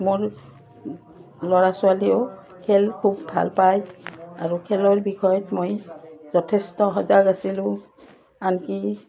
মোৰ ল'ৰা ছোৱালীয়েও খেল খুব ভাল পায় আৰু খেলৰ বিষয়ত মই যথেষ্ট সজাগ আছিলোঁ আনকি